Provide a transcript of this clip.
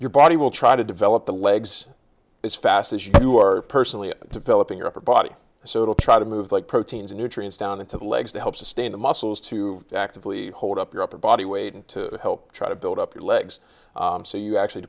your body will try to develop the legs as fast as you are personally developing your upper body so to try to move like proteins nutrients down into the legs to help sustain the muscles to actively hold up your upper body weight and to help try to build up your legs so you actually